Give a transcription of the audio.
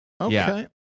Okay